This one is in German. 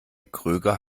kröger